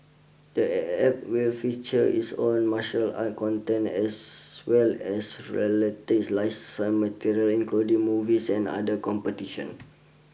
the App will feature its own martial arts content as well as related licensed material including movies and other competitions